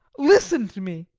listen to me